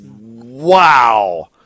wow